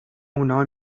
اونا